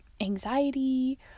anxiety